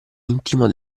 intimo